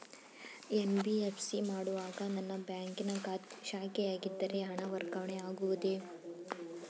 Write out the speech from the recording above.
NBFC ಮಾಡುವಾಗ ನನ್ನ ಬ್ಯಾಂಕಿನ ಶಾಖೆಯಾಗಿದ್ದರೆ ಹಣ ವರ್ಗಾವಣೆ ಆಗುವುದೇ?